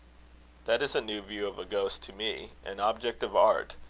that is a new view of a ghost to me. an object of art?